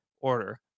order